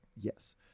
yes